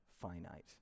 finite